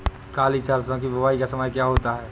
काली सरसो की बुवाई का समय क्या होता है?